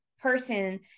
person